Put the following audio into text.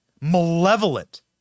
malevolent